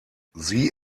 sie